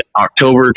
October